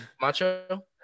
Macho